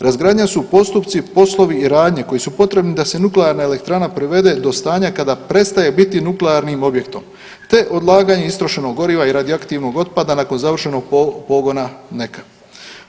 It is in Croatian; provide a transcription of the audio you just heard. Razgradnja su postupci, poslovi i radnje koji su potrebni da se nuklearna elektrana prevede do stanja kada prestaje biti nuklearnim objektom te odlaganje istrošenog goriva i radioaktivnog otpada nakon završenog pogona NEK-a.